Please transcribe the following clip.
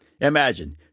imagine